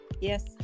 yes